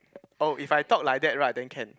oh if I talk like that right then can